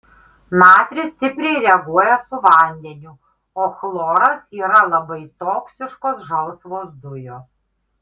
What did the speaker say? natris stipriai reaguoja su vandeniu o chloras yra labai toksiškos žalsvos dujos